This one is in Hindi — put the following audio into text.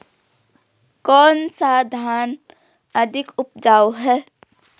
कौन सा धान अधिक उपजाऊ है?